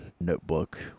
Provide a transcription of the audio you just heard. notebook